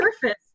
surface